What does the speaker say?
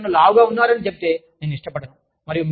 కానీ మీరు నన్ను లావుగా ఉన్నారని చెబితే నేను ఇష్టపడను